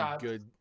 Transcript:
good